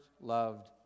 loved